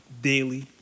daily